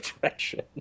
direction